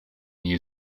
new